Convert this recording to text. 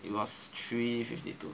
it was three fifty two